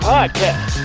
Podcast